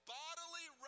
bodily